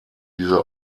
dieser